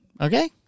Okay